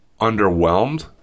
underwhelmed